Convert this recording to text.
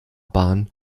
bahn